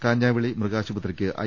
കാ ഞ്ഞാവെളി മൃഗാശുപത്രിക്ക് ഐ